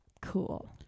Cool